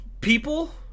people